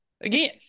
again